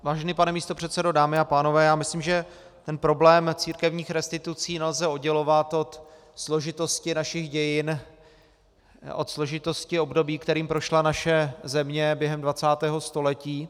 Vážený pane místopředsedo, dámy a pánové, myslím, že problém církevních restitucí nelze oddělovat od složitosti našich dějin, od složitosti období, kterým prošla naše země během 20. století.